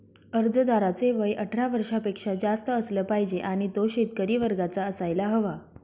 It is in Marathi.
अर्जदाराचे वय अठरा वर्षापेक्षा जास्त असलं पाहिजे आणि तो शेतकरी वर्गाचा असायला हवा